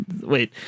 wait